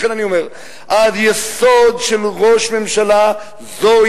לכן אני אומר, היסוד של ראש הממשלה זו